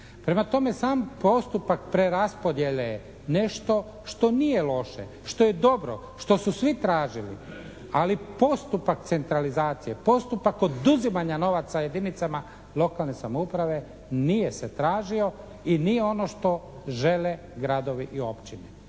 Prema tome, sam postupak preraspodjele nešto je što nije loše. Što je dobro, što su svi tražili. Ali postupak centralizacije, postupak oduzimanja novaca jedinicama lokalne samouprave nije se tražio i nije ono što žele gradovi i općine.